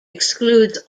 excludes